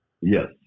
Yes